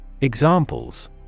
Examples